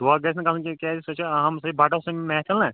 دونکھٕ گَژھِ نہٕ گَژھُن کینٛہہ کیاز سۄ چھ اہم بَٹَس مٮ۪حفِل نہ